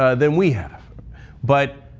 ah then we have but,